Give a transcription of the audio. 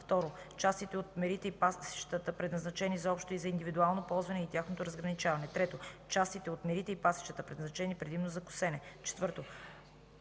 2. частите от мерите и пасищата, предназначени за общо и за индивидуално ползване, и тяхното разграничаване; 3. частите от мерите и пасищата, предназначени предимно за косене; 4.